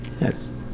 Yes